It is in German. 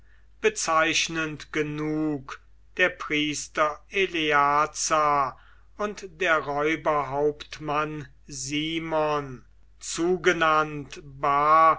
bezeichnend genug der priester elea und der räuberhauptmann simon zugenannt bar kokheba